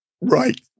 Right